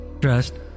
trust